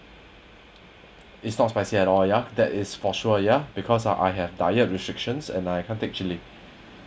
it's not spicy at all yeah that is for sure ya because uh I have diet restrictions and I can't take chilli